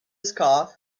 scarf